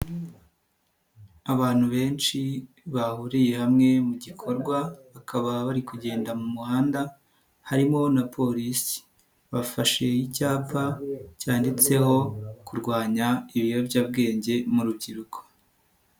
Abantu benshi bahuriye hamwe mu gikorwa, bakaba bari kugenda mu muhanda harimo na polisi, bafashe icyapa cyanditseho kurwanya ibiyobyabwenge mu rubyiruko.